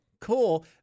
cool